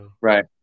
right